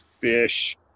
fish